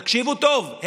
תקשיבו טוב,